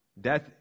Death